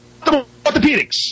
Orthopedics